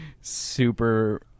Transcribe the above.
super